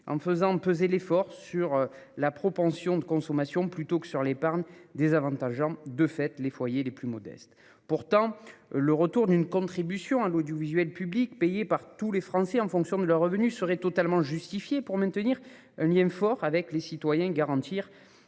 fait peser l'effort sur la propension de consommation plutôt que sur l'épargne, désavantageant, de fait, les foyers les plus modestes. Pourtant, le retour d'une contribution à l'audiovisuel public, payée par tous les Français en fonction de leurs revenus, serait totalement justifié pour maintenir un lien fort avec les citoyens et garantir